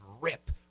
rip